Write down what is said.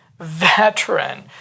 veteran